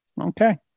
Okay